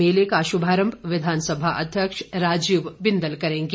मेले का शुभारंभ विधानसभा अध्यक्ष राजीव बिंदल करेंगे